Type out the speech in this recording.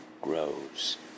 grows